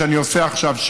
שאני עושה עכשיו,